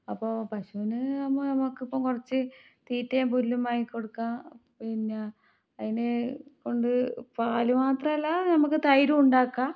അപ്പോൾ പശുവിനെ ഇപ്പം നമുക്കിപ്പം കുറച്ച് തീറ്റയും പുല്ലും വാങ്ങി കൊടുക്കാൻ പിന്നെ അതിനെ കൊണ്ട് പാല് മാത്രമല്ല നമുക്ക് തൈരും ഉണ്ടാക്കാം